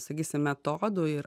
sakysim metodų ir